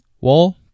wall